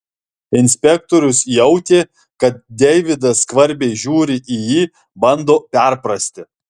inspektorius jautė kad deividas skvarbiai žiūri į jį bando perprasti